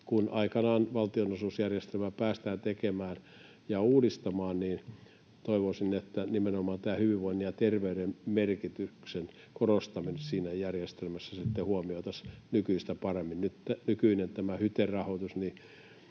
Kun aikanaan valtionosuusjärjestelmää päästään tekemään ja uudistamaan, niin toivoisin, että nimenomaan tämä hyvinvoinnin ja terveyden merkityksen korostaminen siinä järjestelmässä huomioitaisiin nykyistä paremmin. Nyt tämä nykyinen HYTE-rahoitus